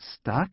Stuck